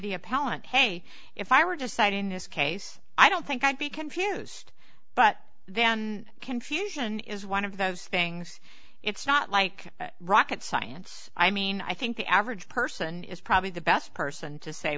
be a pal and hey if i were to cite in this case i don't think i'd be confused but then confusion is one of those things it's not like rocket science i mean i think the average person is probably the best person to say